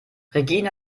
regina